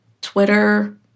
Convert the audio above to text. Twitter